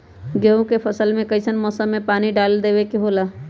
गेहूं के फसल में कइसन मौसम में पानी डालें देबे के होला?